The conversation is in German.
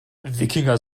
wikinger